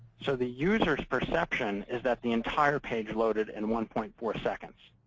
so the user's perception is that the entire page loaded in one point four seconds.